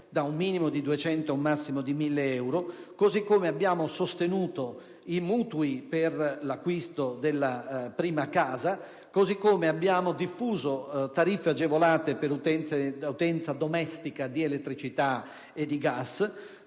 da un minimo di 200 a un massimo di 1.000 euro; abbiamo sostenuto i mutui per l'acquisto della prima casa; abbiamo diffuso tariffe agevolate per l'utenza domestica di elettricità e di gas;